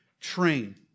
train